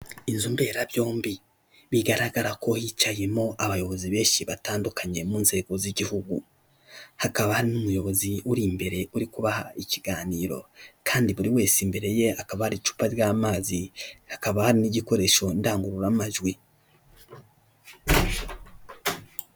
Inzu mberabyombi bigaragara ko hicayemo abayobozi benshi batandukanye mu nzego z'igihugu hakaba n'umuyobozi uri imbere uri kubaha ikiganiro kandi buri wese imbere ye akaba ari icupa ry'amazi hakaba hari n'igikoresho ndangururamajwi.